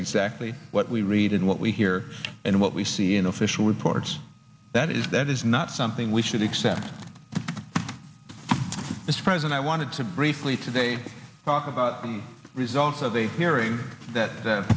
exactly what we read and what we hear and what we see in official reports that is that is not something we should accept as friends and i wanted to briefly today talk about the results of the hearing that